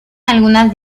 algunas